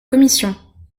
commission